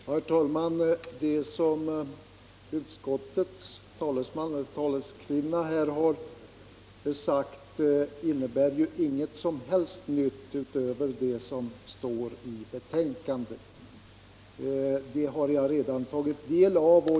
Herr talman! Vad utskottets taleskvinna här har sagt innebär inget som helst nytt utöver det som står i betänkandet, och det har jag redan tagit del av.